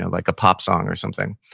and like a pop song or something.